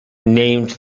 named